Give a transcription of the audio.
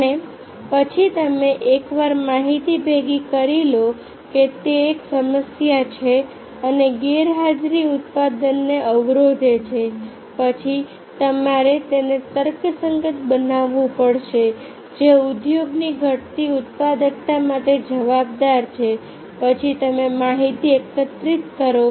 અને પછી તમે એકવાર માહિતી ભેગી કરી લો કે તે એક સમસ્યા છે અને ગેરહાજરી ઉત્પાદનને અવરોધે છે પછી તમારે તેને તર્કસંગત બનાવવું પડશે જે ઉદ્યોગની ઘટતી ઉત્પાદકતા માટે જવાબદાર છે પછી તમે માહિતી એકત્રિત કરો